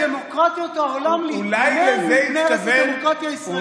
דמוקרטיות העולם להתגונן מפני הרס הדמוקרטיה הישראלית.